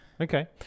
okay